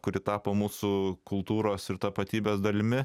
kuri tapo mūsų kultūros ir tapatybės dalimi